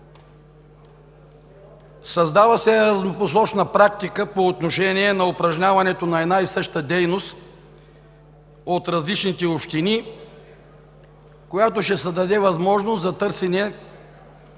Създава се разнопосочна практика по отношение упражняването на една и съща дейност от различните общини, която ще създаде възможност за търсене